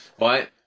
Right